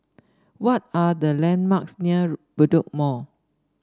what are the landmarks near Bedok Mall